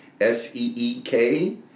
S-E-E-K